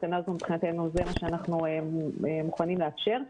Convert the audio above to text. התקנה הזו מבחינתנו, זה מה שאנחנו מוכנים לאפשר.